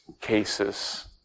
cases